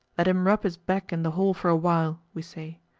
let him rub his back in the hall for a while, we say.